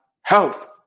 health